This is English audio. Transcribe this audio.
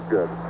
Good